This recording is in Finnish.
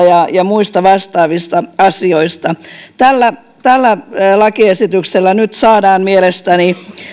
ja ja muista vastaavista asioista tällä tällä lakiesityksellä nyt saadaan mielestäni